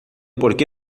porque